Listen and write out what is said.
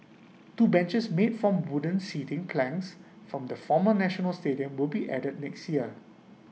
two benches made from the wooden seating planks from the former national stadium will be added next year